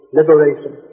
liberation